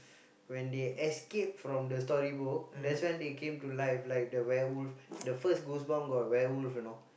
when they escape from the storybook that's when they came to life like the werewolf the first goosebump got the werewolf you know